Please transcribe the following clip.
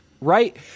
right